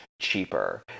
cheaper